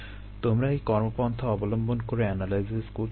তোমরা এই কর্মপন্থা অবলম্বন করে এনালাইসিস করতে পারো